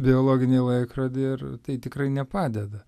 biologinį laikrodį ir tai tikrai nepadeda